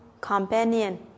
companion